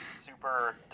super